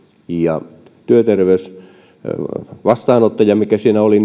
ja työterveysvastaanottaja joka siinä oli